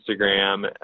Instagram